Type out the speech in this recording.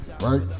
right